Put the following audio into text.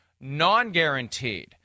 non-guaranteed